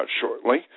shortly